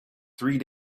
three